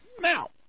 Now